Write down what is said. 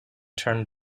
turn